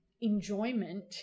enjoyment